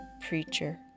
preacher